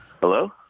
Hello